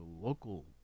local